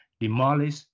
demolish